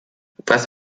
was